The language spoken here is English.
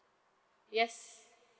yes